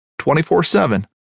24-7